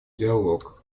диалог